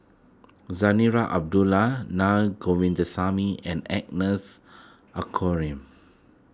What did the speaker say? Zarinah Abdullah Na Govindasamy and Agnes